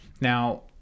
now